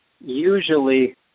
usually